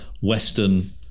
Western